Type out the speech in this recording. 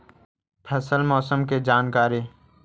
फसल मौसम के जानकारी?